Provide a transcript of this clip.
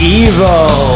evil